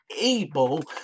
able